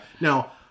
Now